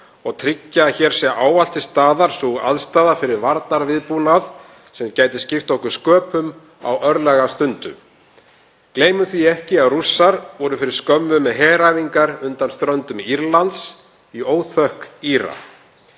og tryggja að hér sé ávallt til staðar sú aðstaða fyrir varnarviðbúnað sem gæti skipt okkur sköpum á örlagastundu. Gleymum því ekki að Rússar voru fyrir skömmu með heræfingar undan ströndum Írlands í óþökk Íra.